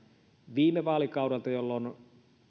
viime vaalikaudelta jolloin